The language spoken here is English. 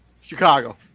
Chicago